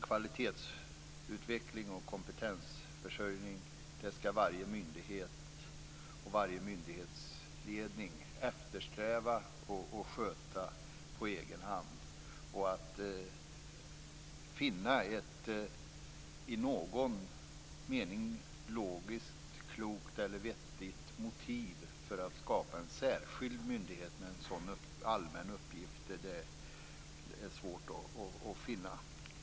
Kvalitetsutveckling och kompetensförsörjning skall varje myndighet och varje myndighetsledning eftersträva och sköta på egen hand. Ett i någon mening logiskt, klokt eller vettigt motiv för att skapa en särskild myndighet med en sådan allmän uppgift är det svårt att finna.